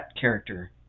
character